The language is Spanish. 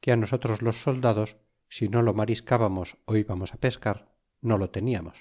que á nosotros los soldados si no lo mariscábamos ó ibamos pescar no lo teniamos